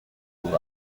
pour